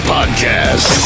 Podcast